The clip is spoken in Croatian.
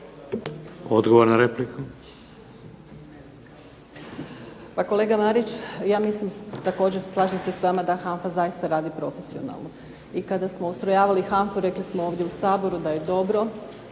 Nevenka (HDZ)** Pa kolega Marić, ja mislim također, slažem se s vama da HANFA zaista radi profesionalno, i kada smo ustrojavali HANFA-u rekli smo ovdje u Saboru da je dobro